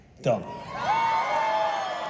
Done